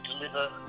deliver